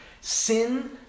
Sin